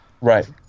Right